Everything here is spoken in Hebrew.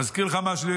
מזכיר לך משהו?